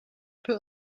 put